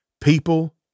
people